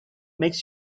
makes